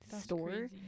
store